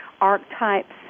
archetypes